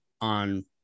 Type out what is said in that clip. on